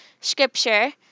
scripture